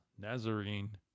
Nazarene